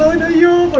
and you